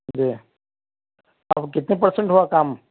جی اب کتنے پرسینٹ ہُوا کام